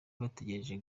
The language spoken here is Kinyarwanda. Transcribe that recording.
bategereje